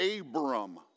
Abram